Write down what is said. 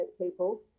people